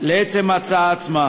לעצם ההצעה עצמה.